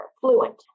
fluent